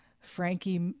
frankie